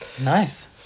Nice